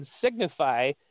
signify